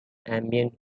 ambient